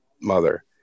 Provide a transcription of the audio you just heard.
mother